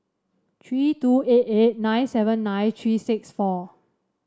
three two eight eight nine seven nine three six four